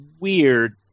weird